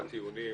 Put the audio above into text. הטיעונים,